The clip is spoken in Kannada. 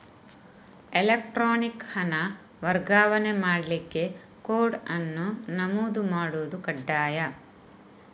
ಎಲೆಕ್ಟ್ರಾನಿಕ್ ಹಣ ವರ್ಗಾವಣೆ ಮಾಡ್ಲಿಕ್ಕೆ ಕೋಡ್ ಅನ್ನು ನಮೂದು ಮಾಡುದು ಕಡ್ಡಾಯ